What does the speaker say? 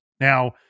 Now